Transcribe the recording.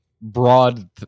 broad